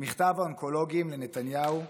מכתב האונקולוגים לנתניהו,